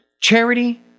Charity